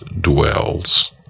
dwells